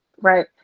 right